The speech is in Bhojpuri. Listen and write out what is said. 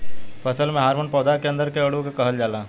फसल में हॉर्मोन पौधा के अंदर के अणु के कहल जाला